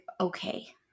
okay